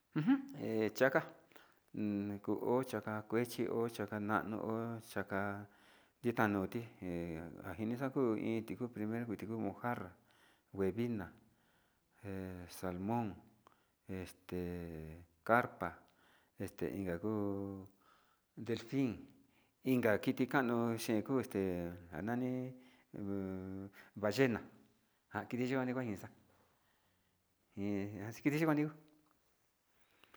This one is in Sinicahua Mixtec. Ujun he chaka nekuo chaka kuechi ho chaka nano ho chaka nita noti he anjinaja kuu ku primero kuti njuu mojarra huevina he salmon este carpa este inka kuu delfin inka kiti kanuu kuu este a a nani nguu ballena njan kiti yikuan kuña ndixa'a iin kiti yikuan ni ho.